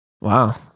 Wow